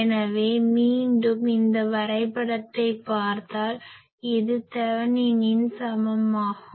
எனவே மீண்டும் இந்த வரைபடத்தைப் பார்த்தால் இது தெவெனினுக்கு சமமானதாகும்